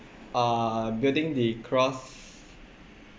uh building the cross